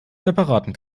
separaten